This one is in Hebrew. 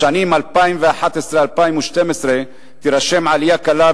בשנים 2011 2012 תירשם עלייה קלה,